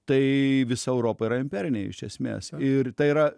tai visa europa yra imperinė iš esmės ir tai yra